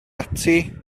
ati